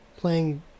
playing